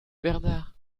bernard